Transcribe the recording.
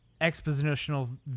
expositional